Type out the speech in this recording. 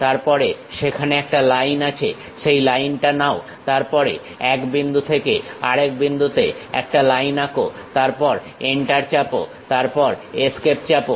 তারপরে সেখানে একটা লাইন আছে সেই লাইনটা নাও তারপর এক বিন্দু থেকে আরেক বিন্দুতে একটা লাইন আঁকো তারপর এন্টার চাপো তারপর এস্কেপ চাপো